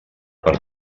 per